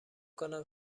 کنم